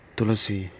Tulasi